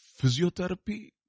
physiotherapy